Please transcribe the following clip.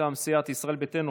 מטעם סיעת ישראל ביתנו,